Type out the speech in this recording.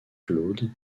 claude